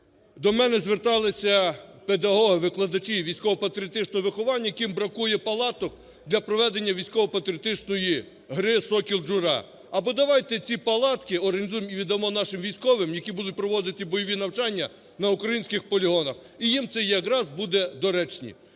до мене зверталися педагоги, викладачі військово-патріотичного виховання, яким бракує палаток для проведення військово-патріотичної гри "Сокіл" ("Джура"). Або давайте ці палатки організуємо і віддамо нашим військовим, які будуть проводити бойові навчання на українських полігонах. І їм це якраз буде доречні.